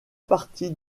partie